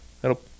that'll